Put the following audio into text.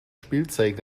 spielzeug